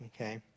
okay